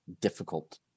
difficult